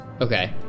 Okay